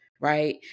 right